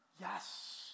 Yes